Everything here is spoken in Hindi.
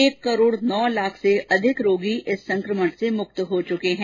एक करोड नौ लाख से अधिक रोगी इस संक्रमण से मुक्त हो चुके हैं